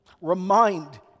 Remind